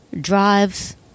drives